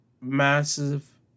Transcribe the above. massive